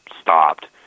stopped